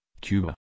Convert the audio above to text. Cuba